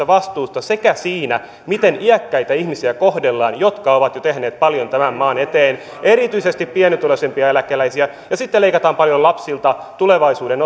vastuusta siinä miten kohdellaan iäkkäitä ihmisiä jotka ovat jo tehneet paljon tämän maan eteen erityisesti pienituloisimpia eläkeläisiä ja sitten leikataan paljon lapsilta tulevaisuuden